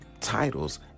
titles